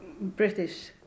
British